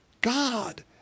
God